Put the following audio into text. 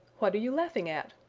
what are you laughing at?